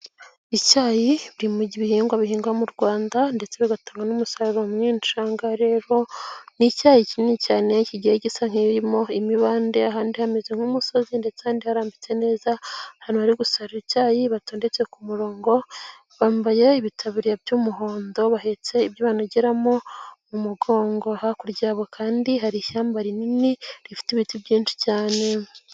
Icyayi kiri mu bihingwa bihingwa mu Rwanda ndetse bigatanga n'umusaruro mwinshi, ahangaha rero ni icyayi kinini cyane kigiye gisa n'ibirimo imibande, ahandi hameze nk'umusozi ndetse harambitse neza, ahantu bari gusara icyayi batondetse ku murongo bambaye ibitabi by'umuhondo, bahetse ibyo bogeramo mu mugongo, hakurya yabo kandi hari ishyamba rinini rifite ibiti byinshi cyane.